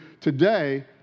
today